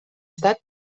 estat